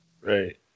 Right